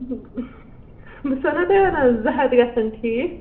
بہٕ چھسو نا تۄہہِ وَنان زٕ ہَتھ گَژھن ٹھیٖک